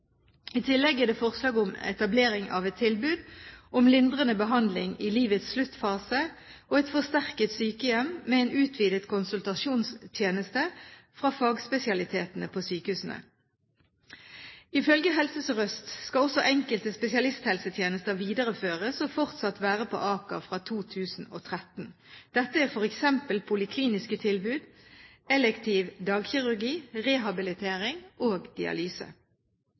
I tillegg er det forslag om etablering av et tilbud om lindrende behandling i livets sluttfase og et forsterket sykehjem med en utvidet konsultasjonstjeneste fra fagspesialitetene på sykehusene. Ifølge Helse Sør-Øst skal også enkelte spesialisthelsetjenester videreføres og fortsatt være på Aker fra 2013. Dette er f.eks. polikliniske tilbud, elektiv dagkirurgi, rehabilitering og dialyse.